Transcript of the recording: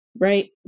right